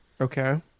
Okay